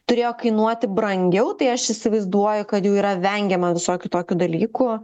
turėjo kainuoti brangiau tai aš įsivaizduoju kad jau yra vengiama visokių tokių dalykų